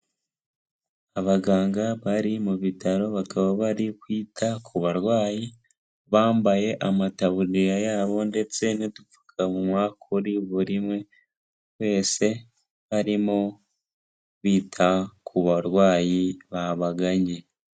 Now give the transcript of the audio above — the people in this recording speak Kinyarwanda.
Abaganga bari mu bitaro bakaba bari kwita ku barwayi, bambaye amataburiya yabo ndetse n'udupfukamunwa kuri buri wese, barimo bita ku barwayi babaganye.